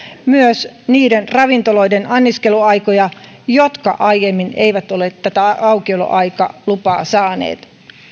myös niiden ravintoloiden anniskeluaikoja jotka aiemmin eivät ole tätä aukioloaikalupaa saaneet